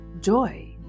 joy